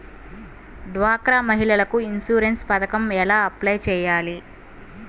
డ్వాక్రా మహిళలకు ఇన్సూరెన్స్ పథకం ఎలా అప్లై చెయ్యాలి?